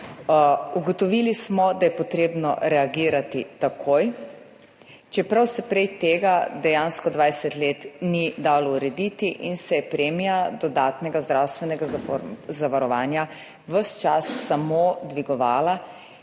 Ugotovili smo, da je potrebno reagirati takoj, čeprav se prej tega dejansko 20 let ni dalo urediti in se je premija dodatnega zdravstvenega zavarovanja ves čas samo dvigovala.